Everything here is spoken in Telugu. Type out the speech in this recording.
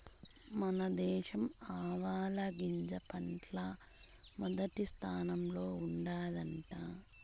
మన దేశం ఆవాలగింజ పంటల్ల మొదటి స్థానంలో ఉండాదట